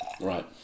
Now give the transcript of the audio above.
Right